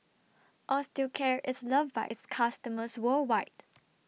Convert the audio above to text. Osteocare IS loved By its customers worldwide